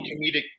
comedic